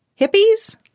hippies